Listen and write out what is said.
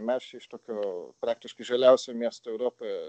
mes iš tokio praktiškai žaliausio miesto europoje